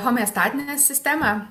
homeostatinę sistemą